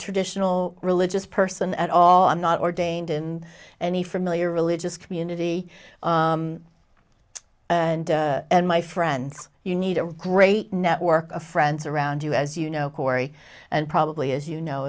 traditional religious person at all i'm not ordained in any familiar religious community and my friends you need a great network of friends around you as you know corey and probably as you know